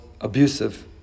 abusive